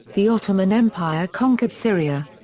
the ottoman empire conquered syria.